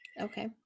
Okay